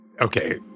Okay